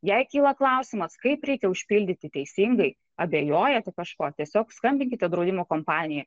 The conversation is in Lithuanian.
jei kyla klausimas kaip reikia užpildyti teisingai abejojate kažkuo tiesiog skambinkite draudimo kompanijai